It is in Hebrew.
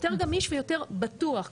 יותר גמיש ויותר בטוח.